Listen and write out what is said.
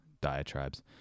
diatribes